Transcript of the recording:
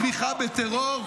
אם מרצה יביע תמיכה בטרור,